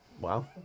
Wow